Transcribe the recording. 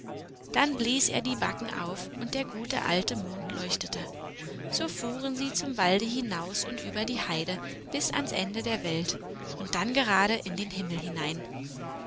dann blies er die backen auf und der gute alte mond leuchtete und so fuhren sie zum walde hinaus und dann über die heide bis ans ende der welt und dann gerade in den himmel hinein